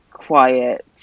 quiet